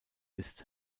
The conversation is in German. ist